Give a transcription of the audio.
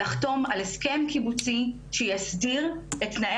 לחתום על הסכם קיבוצי שיסדיר את תנאי